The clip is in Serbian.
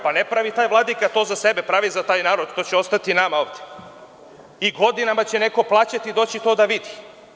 Pa ne pravi taj vladika to za sebe, pravi za taj narod i to će ostati nama ovde i godinama će neko plaćati i doći to da vidi.